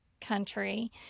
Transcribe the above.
country